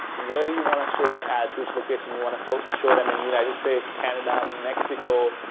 where you want to show your ads, which location you want to so show them in the united states, canada, mexico,